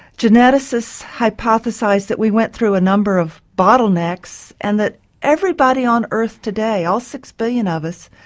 geneticists hypothesise that we went through a number of bottlenecks and that everybody on earth today, all six billion of us,